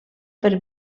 per